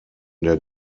der